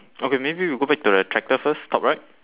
okay maybe we go back to the tractor first top right